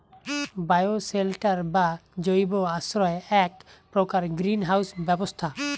bioshelter বা জৈব আশ্রয় এ্যাক প্রকার গ্রীন হাউস ব্যবস্থা